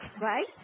right